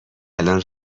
الان